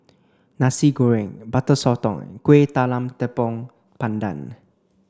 Nasi Goreng Butter Sotong and Kueh Talam Tepong Pandan